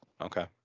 Okay